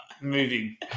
moving